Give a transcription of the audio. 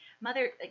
Mother